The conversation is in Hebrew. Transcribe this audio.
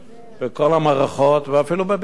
בכל המערכות, ואפילו בביטחון.